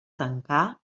tancar